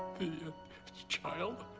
the child?